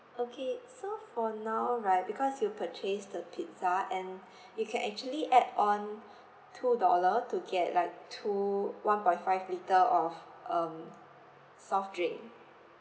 okay so for now right because you purchased the pizza and you can actually add on two dollar to get like two one point five litre of um soft drink